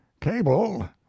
Cable